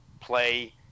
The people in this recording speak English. play